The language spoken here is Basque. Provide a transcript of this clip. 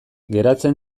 geratzen